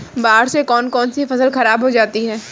बाढ़ से कौन कौन सी फसल खराब हो जाती है?